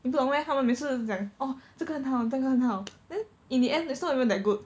你不懂 meh 他们每次都讲哦这个很好这个很好 then in the end it's not even that good